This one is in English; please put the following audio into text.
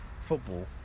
football